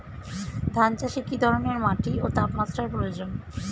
ধান চাষে কী ধরনের মাটি ও তাপমাত্রার প্রয়োজন?